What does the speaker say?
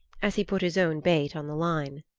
as he put his own bait on the line.